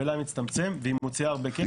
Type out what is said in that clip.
המלאי מצטמצם והיא מוציאה הבבה כסף.